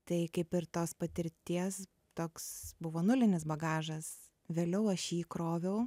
tai kaip ir tos patirties toks buvo nulinis bagažas vėliau aš jį kroviau